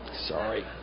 Sorry